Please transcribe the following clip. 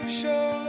show